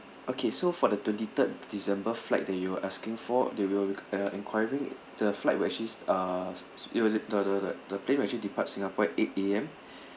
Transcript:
okay so for the twenty third december flight that you're asking for they will uh inquiring the flight will actually s~ uh it was the the the the plane will actually depart singapore at eight A_M